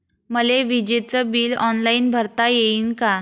मले विजेच bill online भरता येईन का?